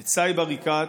את סאיב עריקאת,